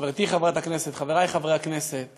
חברתי חברת הכנסת, חברי חברי הכנסת